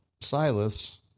Silas